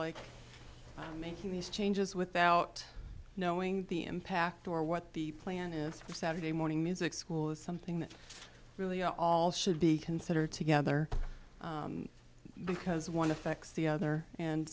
like making these changes without knowing the impact or what the plan is for saturday morning music school is something that really all should be considered together because one affects the other and